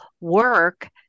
work